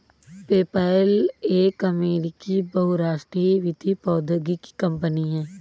PayPal एक अमेरिकी बहुराष्ट्रीय वित्तीय प्रौद्योगिकी कंपनी है